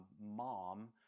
mom